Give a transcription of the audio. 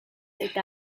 eta